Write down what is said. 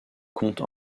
comte